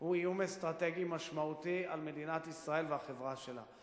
הוא איום אסטרטגי משמעותי על מדינת ישראל והחברה שלה,